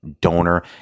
donor